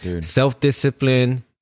self-discipline